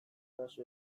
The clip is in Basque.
kasu